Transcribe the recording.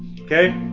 okay